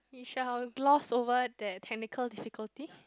it shall gloss over that technical difficulty